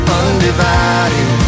undivided